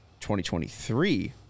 2023